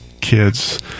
kids